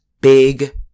big